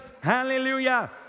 Hallelujah